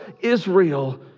Israel